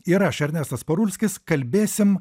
ir aš ernestas parulskis kalbėsim